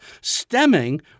stemming